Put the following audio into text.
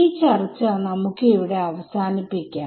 ഈ ചർച്ച നമുക്ക് ഇവിടെ അവസാനിപ്പിക്കാം